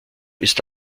ist